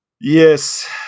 Yes